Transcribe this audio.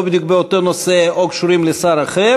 או לא בדיוק באותו נושא או קשורות לשר אחר,